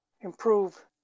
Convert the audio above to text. improve